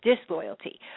disloyalty